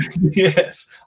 Yes